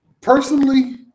Personally